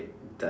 done